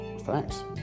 Thanks